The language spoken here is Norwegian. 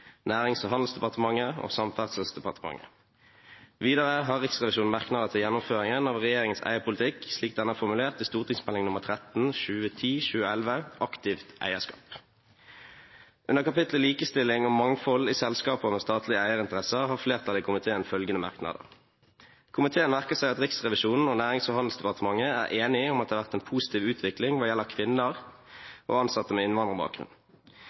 Nærings- og handelsdepartementet og Samferdselsdepartementet. Videre har Riksrevisjonen merknader til gjennomføringen av regjeringens eierpolitikk, slik den er formulert i Meld. St.13 for 2010–2011, Aktivt eierskap. Under kapitlet Likestilling og mangfold i selskaper med statlige eierinteresser har komiteen følgende merknader: «Komiteen merker seg at Riksrevisjonen og Nærings- og handelsdepartementet er enige om at det har vært en positiv utvikling hva gjelder kvinner og ansatte med innvandrerbakgrunn.